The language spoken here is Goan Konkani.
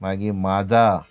मागीर माजडा